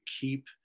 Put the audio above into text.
keep